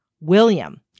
William